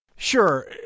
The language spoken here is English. Sure